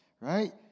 right